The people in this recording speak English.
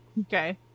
Okay